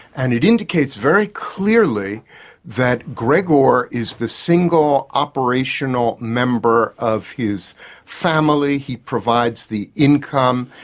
and it indicates very clearly that gregor is the single operational member of his family, he provides the income,